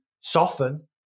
soften